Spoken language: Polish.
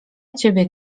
ciebie